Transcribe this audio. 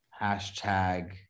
Hashtag